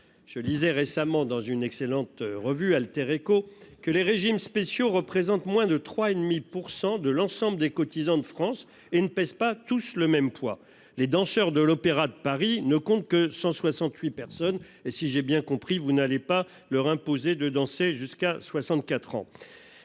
Je lisais récemment dans une excellente revue,, que les régimes spéciaux représentaient moins de 3,5 % de l'ensemble des cotisants de France et qu'ils ne pesaient pas tous le même poids. Les danseurs de l'Opéra de Paris ne sont que 168 et, si j'ai bien compris, vous n'allez pas leur imposer de danser jusqu'à 64 ans